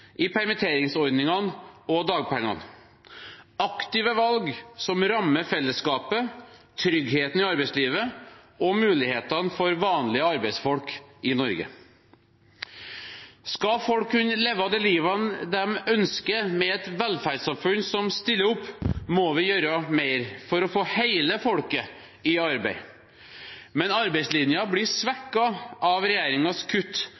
i permitteringsordningene og dagpengene – aktive valg som rammer fellesskapet, tryggheten i arbeidslivet og mulighetene for vanlige arbeidsfolk i Norge. Skal folk kunne leve det livet de ønsker, med et velferdssamfunn som stiller opp, må vi gjøre mer for å få hele folket i arbeid. Men arbeidslinjen blir svekket av regjeringens kutt